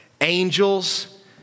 angels